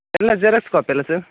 ಎಲ್ಲಾ xerox copy ಅಲ್ಲಾ sir